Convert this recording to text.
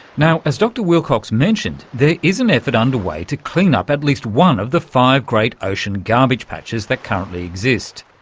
now, as dr wilcox mentioned, there is an effort underway to clean up at least one of the five great ocean garbage patches that currently exist,